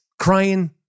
crying